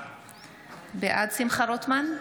בעד שמחה רוטמן,